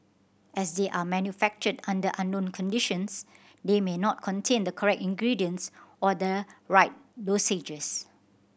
as they are manufactured under unknown conditions they may not contain the correct ingredients or the right dosages